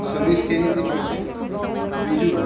service કઈ રીતની મળશે બીજું